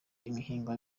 ihinga